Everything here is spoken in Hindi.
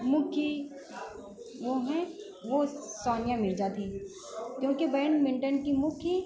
मुखी वह हैं वह सानिया मिर्ज़ा थीं क्योंकि बैडमिन्टन की मुखी